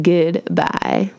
Goodbye